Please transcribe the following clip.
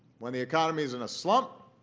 when the economy is in a slump,